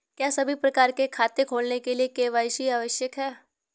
क्या सभी प्रकार के खाते खोलने के लिए के.वाई.सी आवश्यक है?